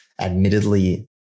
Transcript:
admittedly